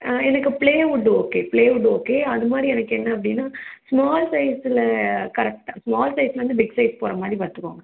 எனக்கு plywood okay plywood okay அதுமாதிரி எனக்கு என்ன அப்படின்னா ஸ்மால் சைஸில் கரெக்டாக ஸ்மால் சைஸ்லேர்ந்து பிக் சைஸ் போகிறமாரி பார்த்துக்கோங்க